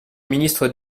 ministre